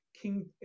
King